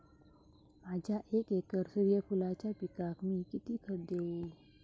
माझ्या एक एकर सूर्यफुलाच्या पिकाक मी किती खत देवू?